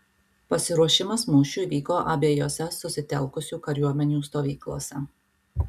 pasiruošimas mūšiui vyko abiejose susitelkusių kariuomenių stovyklose